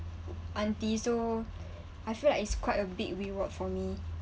aunty so I feel like it's quite a big reward for me